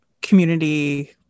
community